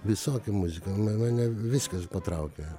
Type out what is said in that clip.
visokią muziką ma mane viskas patraukia